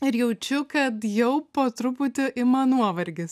ir jaučiu kad jau po truputį ima nuovargis